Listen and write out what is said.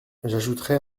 j’ajouterai